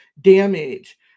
damage